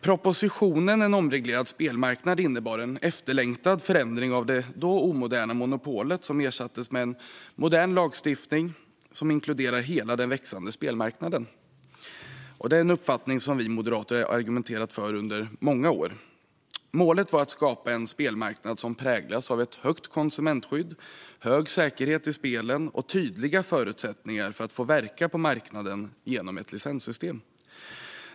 Propositionen En omreglerad spelmarknad innebar en efterlängtad förändring av det då omoderna monopolet, som ersattes med en modern lagstiftning som inkluderar hela den växande spelmarknaden. Detta är en uppfattning som vi moderater har argumenterat för under många år. Målet var att skapa en spelmarknad som präglas av ett högt konsumentskydd, hög säkerhet i spelen och tydliga förutsättningar för att få verka på marknaden genom ett licenssystem.